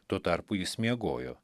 tuo tarpu jis miegojo